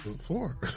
four